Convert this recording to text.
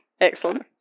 Excellent